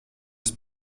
des